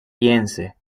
piense